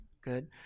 good